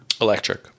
Electric